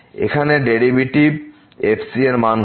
এখানে derivative f এর মান কত